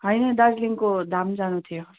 होइन दार्जिलिङको धाम जानु थियो